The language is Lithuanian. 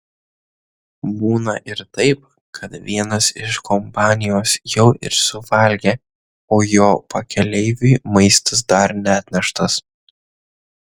būna ir taip kad vienas iš kompanijos jau ir suvalgė o jo pakeleiviui maistas dar neatneštas